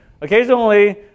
Occasionally